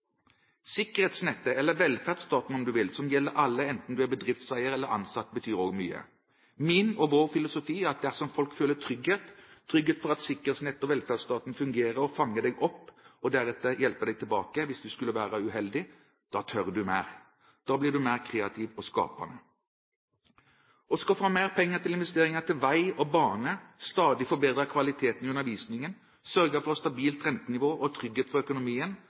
Sikkerhetsnettet – eller velferdsstaten, om du vil – som gjelder alle enten du er bedriftseier eller ansatt, betyr også mye. Min og vår filosofi er at dersom folk føler trygghet, trygghet for at sikkerhetsnettet, velferdsstaten, fungerer og fanger deg opp og deretter hjelper deg tilbake hvis du skulle være uheldig, tør du mer. Da blir du mer kreativ og skapende. Å skaffe mer penger til investeringer til vei og bane, stadig forbedre kvaliteten i undervisningen, sørge for stabilt rentenivå og trygghet for økonomien,